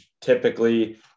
typically